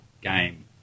game